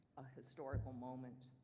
a historical moment,